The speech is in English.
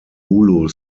hulu